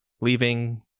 leaving